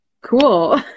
cool